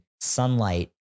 sunlight